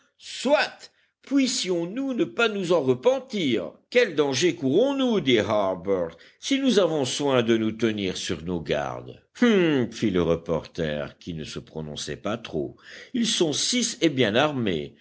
soit puissions-nous ne pas nous en repentir quel danger courons nous dit harbert si nous avons soin de nous tenir sur nos gardes hum fit le reporter qui ne se prononçait pas trop ils sont six et bien armés